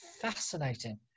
fascinating